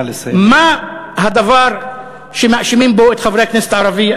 מה הדבר שמאשימים בו את חברי הכנסת הערבים,